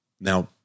Now